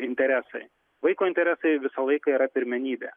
interesai vaiko interesai visą laiką yra pirmenybė